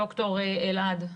ד"ר אלעד.